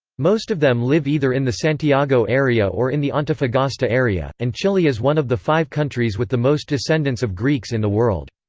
most of them live either in the santiago area or in the antofagasta area, and chile is one of the five countries with the most descendants of greeks in the world.